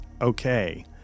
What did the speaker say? okay